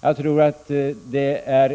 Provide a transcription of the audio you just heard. Jag tror att det